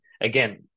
Again